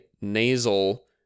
nasal